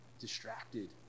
distracted